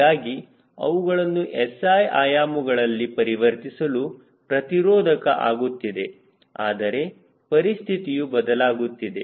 ಹೀಗಾಗಿ ಅವುಗಳನ್ನು SI ಆಯಾಮಗಳಲ್ಲಿ ಪರಿವರ್ತಿಸಲು ಪ್ರತಿರೋಧಕ ಆಗುತ್ತಿದೆ ಆದರೆ ಪರಿಸ್ಥಿತಿಯು ಬದಲಾಗುತ್ತಿದೆ